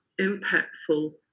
impactful